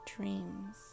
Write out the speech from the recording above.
Dreams